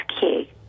key